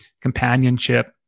companionship